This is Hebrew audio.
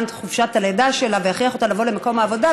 חופשת הלידה שלה ויכריח אותה לבוא למקום העבודה,